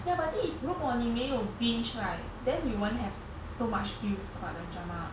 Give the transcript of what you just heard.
ya but this is 如果你没有 binge right then you won't have so much feels about the drama